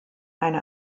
eine